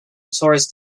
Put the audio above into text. tourist